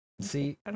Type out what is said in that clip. See